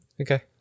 Okay